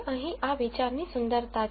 તે અહીં આ વિચારની સુંદરતા છે